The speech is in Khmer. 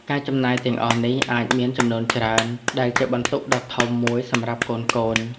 ការចំណាយទាំងអស់នេះ អាចមានចំនួនច្រើនដែលជាបន្ទុកដ៏ធំមួយសម្រាប់កូនៗ។